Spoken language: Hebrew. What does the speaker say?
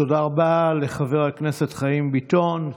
תודה רבה לחבר הכנסת חיים ביטון.